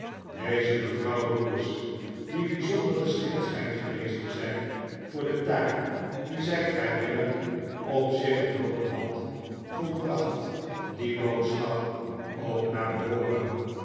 deze mevrouw lewis die bijzonder geschikt schijnt geweest te zijn voor de taak die zij vrijwillig opzichgenomenhad volbracht die boodschap ook naar behooren